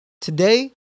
today